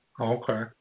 Okay